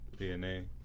DNA